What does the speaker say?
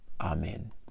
Amen